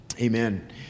amen